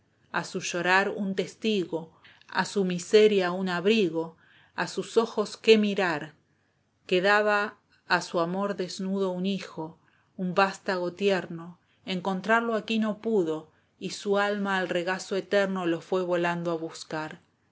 a su llorar un testigo a su miseria un abrigo a sus ojos qué mirar quedaba a su amor desnudo un hijo un vastago tierno encontrarlo aquí no pudo y su alma al regazo eterno lo fué volando a buscar